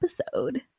episode